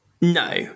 No